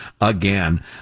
again